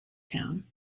town